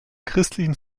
christlichen